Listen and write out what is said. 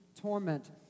torment